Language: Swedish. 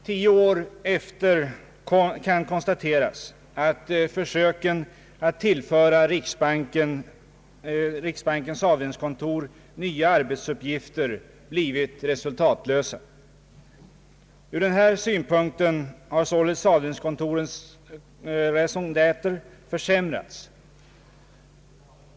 Tio år efter beslutet kan konstateras att försöken att tillföra riksbankens avdelningskontor nya arbetsuppgifter blivit resultatlösa. Ur denna synpunkt har således avdelningskontorens raison détre försämrats.